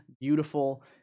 beautiful